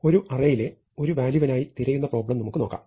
ഒരു അറേയിലെ ഒരു വാല്യൂവിനായി തിരയുന്ന പ്രോബ്ലം നമുക്ക് നോക്കാം